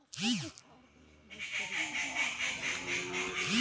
मौसम्मा के पूर्वानुमान के अनुरूप कृषि कार्य कइल जाहई